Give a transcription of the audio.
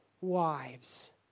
Wives